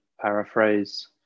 paraphrase